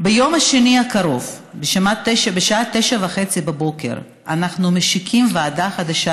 ביום שני הקרוב בשעה 09:30 אנחנו משיקים ועדה חדשה,